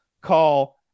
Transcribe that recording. call